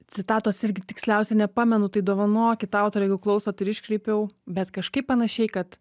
citatos irgi tiksliausiai nepamenu tai dovanokit autore jeigu klausot ir iškreipiau bet kažkaip panašiai kad